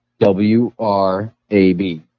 WRAB